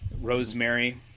rosemary